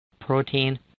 protein